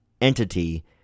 entity